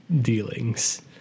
dealings